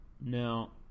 Now